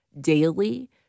daily